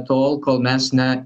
tol kol mes ne